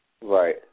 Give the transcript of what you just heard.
Right